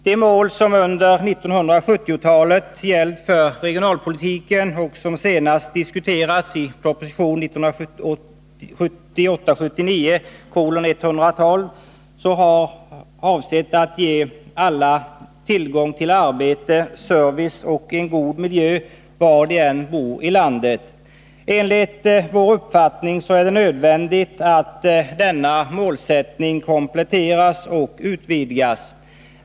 De mål som under 1970-talet har gällt för regionalpolitiken och som senast diskuterats i proposition 1978/79:112 har avsett att ”ge alla tillgång till arbete, service och en god miljö var de än bor i landet”. Enligt vår uppfattning är det nödvändigt att denna målsättning kompletteras och utvidgas.